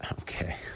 Okay